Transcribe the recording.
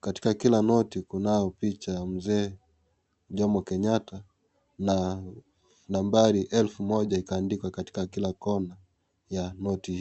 katika kila noti kunao picha ya mzee Jomo Kenyatta na nambari elfu moja ikaandikwa katika kila kona ya noti hiyo.